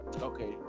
Okay